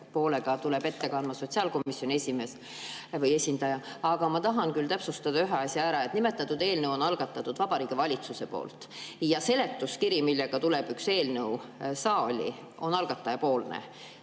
poolt tuleb ette kandma sotsiaalkomisjoni esimees või [muu] esindaja. Aga ma tahan küll täpsustada ühe asja ära. Nimetatud eelnõu on algatanud Vabariigi Valitsus ja seletuskiri, millega tuleb üks eelnõu saali, on algataja